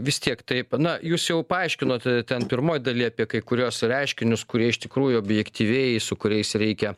vis tiek taip na jūs jau paaiškinote ten pirmoj daly apie kai kuriuos reiškinius kurie iš tikrųjų objektyviai su kuriais reikia